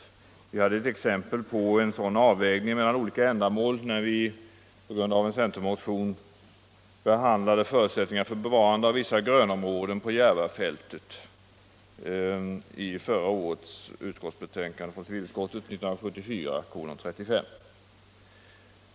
Vi hade förra året ett exempel på en sådan avvägning mellan olika ändamål, när vi bl.a. på grund av en centermotion behandlade civilutskottets betänkande 1974:35 angående förutsättningarna för bevarande av vissa grönområden på Järvafältet.